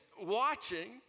watching